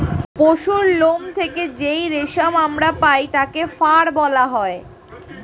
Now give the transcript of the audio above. পশুর লোম থেকে যেই রেশম আমরা পাই তাকে ফার বলা হয়